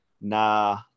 Nah